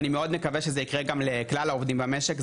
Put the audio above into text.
ואני מאוד מקווה שזה יקרה גם לכלל העובדים במשק.